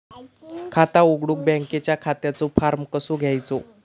खाता उघडुक बँकेच्या खात्याचो फार्म कसो घ्यायचो?